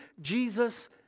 Jesus